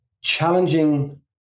challenging